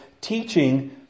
teaching